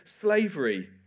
slavery